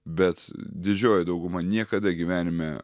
bet didžioji dauguma niekada gyvenime